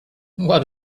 what